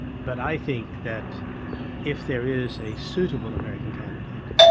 but i think that if there is a suitable american candidate,